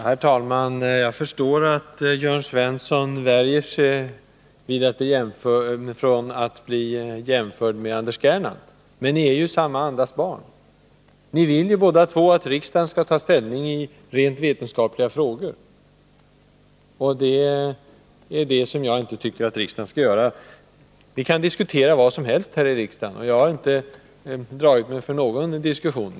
Herr talman! Jag förstår att Jörn Svensson värjer sig mot att bli jämförd med Anders Gernandt, men ni är ju samma andas barn. Ni vill ju båda två att riksdagen skall ta ställning i rent vetenskapliga frågor. Det tycker jag inte att riksdagen skall göra. Vi kan diskutera vad som helst här i riksdagen, och jag har inte dragit mig för någon diskussion.